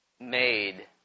made